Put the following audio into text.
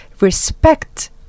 respect